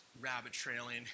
rabbit-trailing